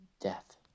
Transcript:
death